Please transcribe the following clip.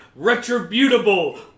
retributable